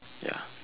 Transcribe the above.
ya